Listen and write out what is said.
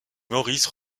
maurice